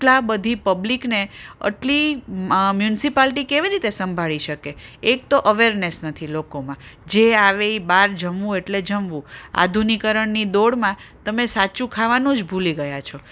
આટલા બધી પબ્લિકને આટલી મ્યુનસિપાલટી કેવી રીતે સંભાળી શકે એક તો અવેરનેસ નથી લોકોમાં જે આવે એ બાર જમવું એટલે જમવું આધુનિકરણની દોડમાં તમે સાચું ખાવાનું જ ભૂલી ગયા છો